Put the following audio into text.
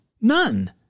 None